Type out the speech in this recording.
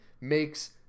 makes